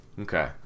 Okay